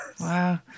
Wow